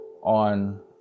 on